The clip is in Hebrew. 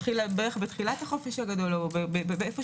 בתחילת החופש הגדול או ביולי